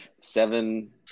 seven